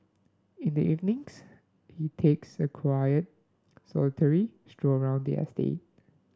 in the evenings he takes a quiet solitary stroll around the